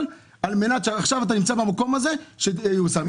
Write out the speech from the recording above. על מנת עכשיו אתה נמצא במקום הזה שתיושם.